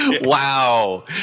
Wow